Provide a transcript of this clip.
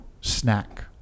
snack